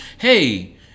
Hey